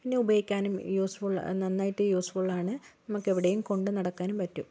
പിന്നെ ഉപയോഗിക്കാനും യൂസ്ഫുൾ നന്നായിട്ട് യൂസ്ഫുൾ ആണ് നമുക്കെവിടെയും കൊണ്ടു നടക്കാനും പറ്റും